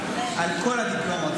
על כל הדיפלומות,